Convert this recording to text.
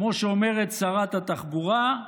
כמו שאומרת שרת התחבורה,